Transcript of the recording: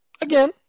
Again